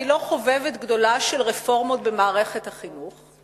אני לא חובבת גדולה של רפורמות במערכת החינוך,